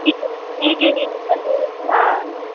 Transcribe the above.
ಹೀಗೆ ಅಂದರೆ ಹಾಂ